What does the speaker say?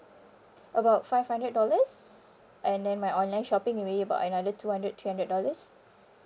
about five hundred dollars and then my online shopping maybe about another two hundred three hundred dollars